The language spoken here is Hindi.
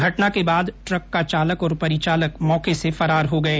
घटना के बाद ट्रक का चालक और परिचालक मौके से फरार हो गए